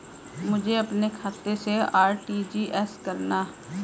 मुझे अपने खाते से आर.टी.जी.एस करना?